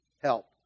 help